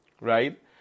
Right